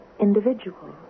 individual